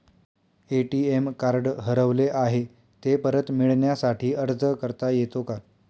ATM card हरवले आहे, ते परत मिळण्यासाठी अर्ज करता येतो का?